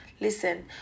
listen